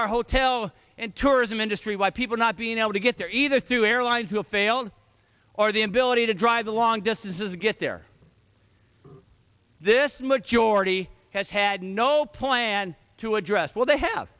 our hotel and tourism industry by people not being able to get there either through airlines who have failed or the ability to drive long distances to get there this majority has had no plan to address what they have